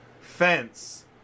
fence